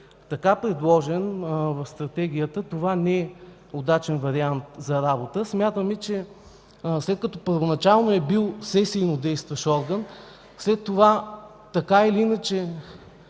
така предложен в Стратегията, това не е удачен вариант за работа. Смятаме, че след като първоначално е бил сесийно действащ орган, след това се е стигнало